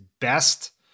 best